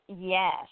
Yes